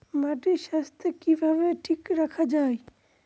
মাটির স্বাস্থ্য কিভাবে ঠিক রাখা যায়?